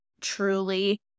truly